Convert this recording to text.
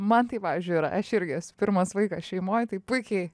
man tai pavyzdžiui yra aš irgi esu pirmas vaikas šeimoj tai puikiai